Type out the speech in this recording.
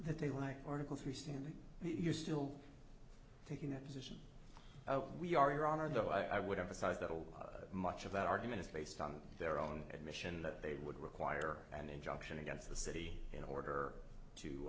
that they like article three standing you're still taking that position we are your honor though i would emphasize that will much of that argument is based on their own admission that they would require an injunction against the city in order to